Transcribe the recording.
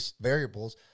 variables